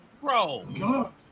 bro